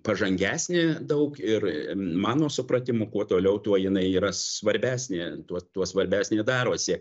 pažangesnė daug ir mano supratimu kuo toliau tuo jinai yra svarbesnė tuo tuo svarbesnė darosi